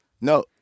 No